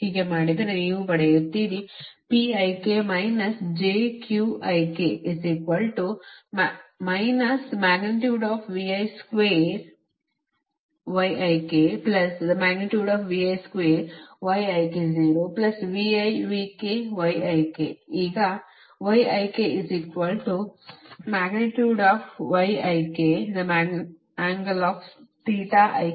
ಹಾಗೆ ಮಾಡಿದರೆ ನೀವು ಪಡೆಯುತ್ತೀರಿ